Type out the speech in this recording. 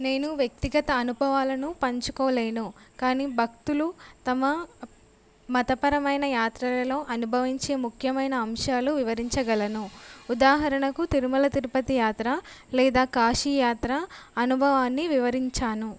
నేను వ్యక్తిగత అనుభవాలను పంచుకోలేను కానీ భక్తులు తమ మతపరమైన యాత్రలలో అనుభవించే ముఖ్యమైన అంశాలు వివరించగలను ఉదాహరణకు తిరుమల తిరుపతి యాత్ర లేదా కాశీ యాత్ర అనుభవాన్ని వివరించాను